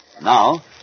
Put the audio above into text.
Now